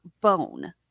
Bone